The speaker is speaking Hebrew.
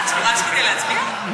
הוא רץ כדי להצביע?